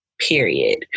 period